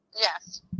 Yes